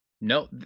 No